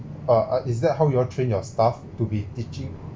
uh is that how you train your staff to be teaching